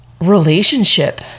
relationship